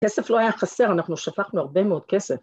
כסף לא היה חסר, אנחנו שפכנו הרבה מאוד כסף.